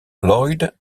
lloyd